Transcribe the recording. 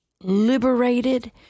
liberated